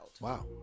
Wow